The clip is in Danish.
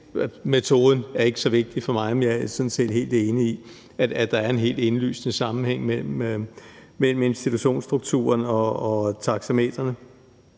baglæns. Metoden er ikke så vigtig for mig, men jeg er sådan set helt enig i, at der er en helt indlysende sammenhæng mellem institutionsstrukturen og taxametrene.